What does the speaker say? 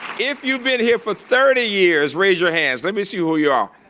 if you've been here for thirty years, raise your hands. let me see who you are.